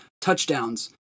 touchdowns